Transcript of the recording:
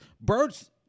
birds